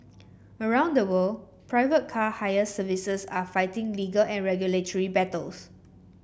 around the world private car hire services are fighting legal and regulatory battles